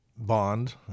Bond